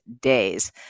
days